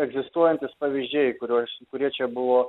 egzistuojantys pavyzdžiai kuriuos kurie čia buvo